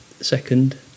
second